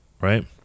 Right